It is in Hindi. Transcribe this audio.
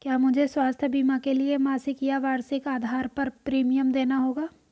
क्या मुझे स्वास्थ्य बीमा के लिए मासिक या वार्षिक आधार पर प्रीमियम देना होगा?